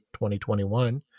2021